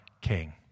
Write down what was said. king